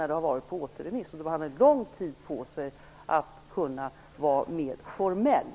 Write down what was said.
Ärendet har varit på återremiss och man har alltså haft lång tid på sig att kunna vara mer formell.